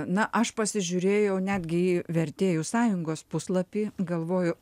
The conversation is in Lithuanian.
na aš pasižiūrėjau netgi vertėjų sąjungos puslapį galvoju